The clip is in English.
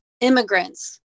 immigrants